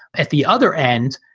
at the other end,